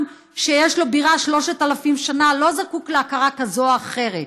עם שיש לו בירה שלושת אלפים שנה לא זקוק להכרה כזאת או אחרת.